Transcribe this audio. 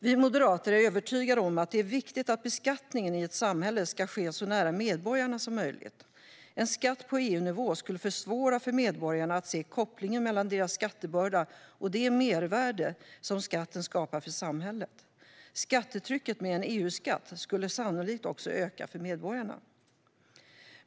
Vi moderater är övertygade om att det är viktigt att beskattningen i ett samhälle ska ske så nära medborgarna som möjligt. En skatt på EU-nivå skulle försvåra för medborgarna att se kopplingen mellan deras skattebörda och det mervärde som skatten skapar för samhället. Skattetrycket med en EU-skatt skulle sannolikt också öka för medborgarna.